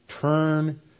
turn